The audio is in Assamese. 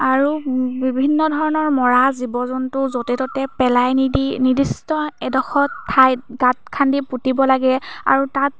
আৰু বিভিন্ন ধৰণৰ মৰা জীৱ জন্তু য'তে ত'তে পেলাই নিদি নিৰ্দিষ্ট এডোখৰ ঠাইত গাঁত খান্দি পুতিব লাগে আৰু তাত